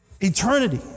eternity